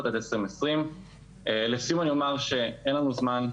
עד 2020. לסיום אני אומר שאין לנו זמן,